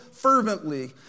Fervently